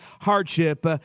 hardship